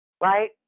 right